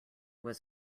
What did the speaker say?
was